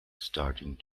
starting